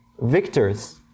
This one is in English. victors